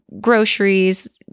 groceries